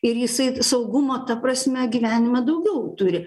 ir jisai saugumo ta prasme gyvenime daugiau turi